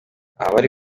abari